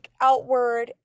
outward